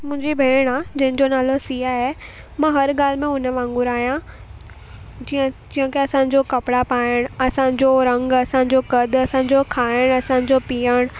मुंहिंजी भेण आहे जंहिंजो नालो सिया आहे मां हर ॻाल्हि में उन वांगुरु आहियां जीअं जीअं की असांजो कपिड़ा पाइणु असांजो रंगु असांजो क़दु असांजो खाइणु असांजो पीअणु